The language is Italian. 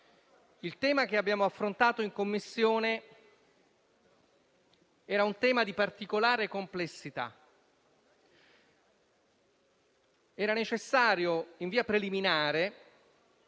Il tema che abbiamo affrontato in Commissione era di particolare complessità. È stato infatti necessario, in via preliminare,